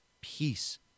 Peace